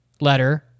letter